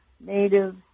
native